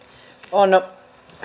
on